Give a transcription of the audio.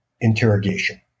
interrogation